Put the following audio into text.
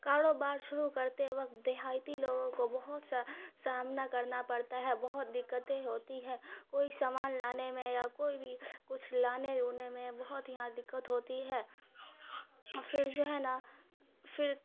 کاروبار شروع کرتے وقت دیہاتی لوگوں کو بہت سا سامنا کرنا پڑتا ہے بہت دقتیں ہوتی ہے کوئی سامان لانے میں یا کوئی بھی کچھ لانے اونے میں بہت یہاں دقت ہوتی ہے پھر جو ہے نا پھر